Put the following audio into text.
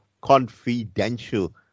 confidential